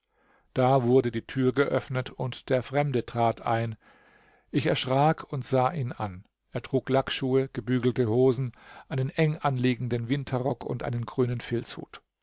da wurde die tür geöffnet und der fremde trat ein ich erschrak und sah ihn an er trug lackschuhe gebügelte hosen einen enganliegenden winterrock und einen grünen filzhut